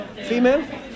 female